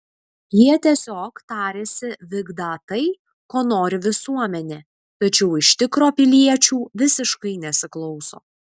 jie tiesiog tariasi vykdą tai ko nori visuomenė tačiau iš tikro piliečių visiškai nesiklauso